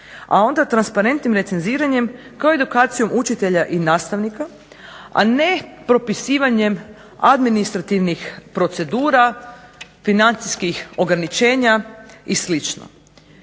a onda transparentnim recenziranjem kao edukacijom učitelja i nastavnika, a ne propisivanjem administrativnih procedura, financijskih ograničenja i sl.